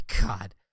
god